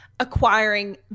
acquiring